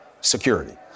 Security